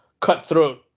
cutthroat